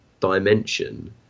dimension